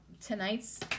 tonight's